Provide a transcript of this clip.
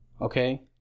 okay